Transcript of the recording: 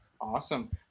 Awesome